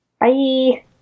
Bye